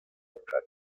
australia